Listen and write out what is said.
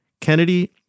Kennedy